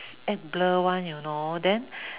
act blur one you know then